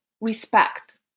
respect